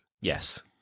Yes